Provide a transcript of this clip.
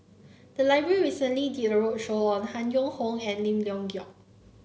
the library recently did a roadshow on Han Yong Hong and Lim Leong Geok